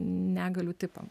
negalių tipam